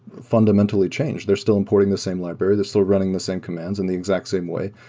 fundamentally changed. they're still importing the same library. they're still running the same commands in the exact same way.